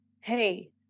Hey